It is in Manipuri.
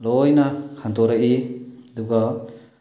ꯂꯣꯏꯅ ꯍꯟꯗꯣꯔꯛꯏ ꯑꯗꯨꯒ